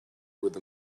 with